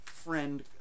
friend